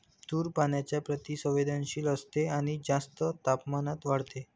तूर पाण्याच्या प्रति संवेदनशील असते आणि जास्त तापमानात वाढते